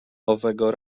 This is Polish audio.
owego